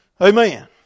Amen